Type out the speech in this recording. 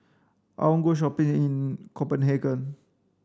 I want go shopping in Copenhagen